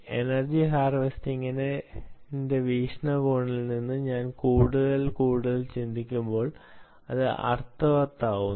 energy ഹാർവെസ്റ്റിംഗിന്റെ വീക്ഷണകോണിൽ നിന്ന് ഞാൻ കൂടുതൽ കൂടുതൽ ചിന്തിക്കുമ്പോൾ ഇത് അർത്ഥവത്താകുന്നു